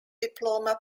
diploma